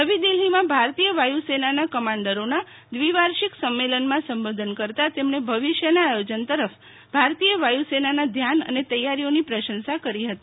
નવી દિલ્ફીમાં ભારતીયવાયુ સેનાના કમાન્ડરોના દ્વિવાર્ષિક સંમેલનમાં સંબોધન કરતાં તેમણે ભવિષ્યના આયોજનતરફ ભારતીય વાયુસેનાના ધ્યાન અને તૈયારીઓની પ્રશંસા કરી હતી